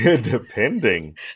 Depending